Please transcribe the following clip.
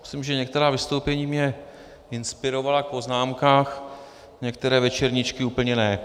Myslím, že některá vystoupení mě inspirovala v poznámkám, některé večerníčky úplně ne.